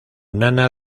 nana